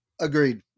Agreed